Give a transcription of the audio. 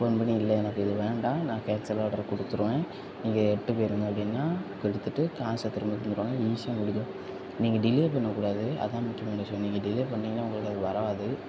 phone பண்ணி இல்லை எனக்கு இது வேண்டாம் நான் கேன்சல் ஆர்டர் கொடுத்துருவேன் நீங்கள் எட்டு போயிருங்க அப்படின்னா கொடுத்துட்டு காசை திரும்ப தந்துருவாங்க ஈஸியாக முடிஞ்சிரும் நீங்கள் டிலே பண்ணக்கூடாது அதான் முக்கியமான விஷயம் நீங்கள் டிலே பண்ணிங்க உங்களுக்கு அது வராது